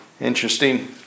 Interesting